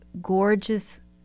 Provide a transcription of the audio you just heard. gorgeous